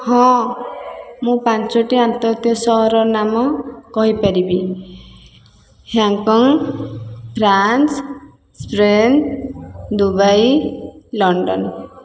ହଁ ମୁଁ ପାଞ୍ଚୋଟି ଆନ୍ତର୍ଜାତୀୟ ସହରର ନାମ କହିପାରିବି Hong Kong France Spain Dubai London